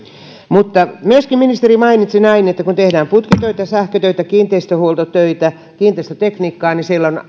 mutta myöskin ministeri mainitsi näin että kun tehdään putkitöitä sähkötöitä kiinteistönhuoltotöitä kiinteistötekniikkaa niin siellä on